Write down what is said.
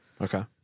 Okay